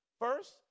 First